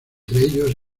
ellos